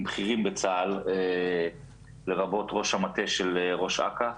עם בכירים בצה"ל, לרבות ראש המטה של ראש אכ"א,